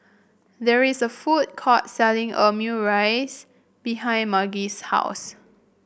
there is a food court selling Omurice behind Margy's house